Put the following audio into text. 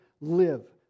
live